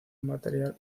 material